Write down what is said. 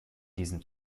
diesem